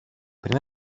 πριν